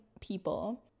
people